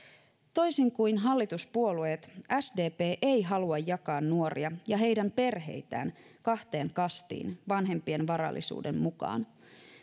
toisin kuin hallituspuolueet sdp ei halua jakaa nuoria ja heidän perheitään kahteen kastiin vanhempien varallisuuden mukaan